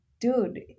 dude